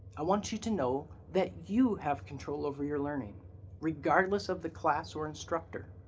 i want you to know that you have control over your learning regardless of the class or instructor.